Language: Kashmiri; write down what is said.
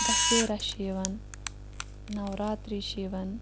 دَسیرا چھ یِوان نَوراتری چھِ یوان